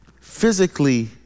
physically